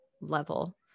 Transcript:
level